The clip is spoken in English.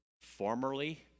formerly